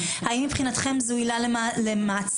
האם מבחינתכם זו עילה למעצר,